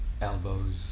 elbows